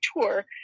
tour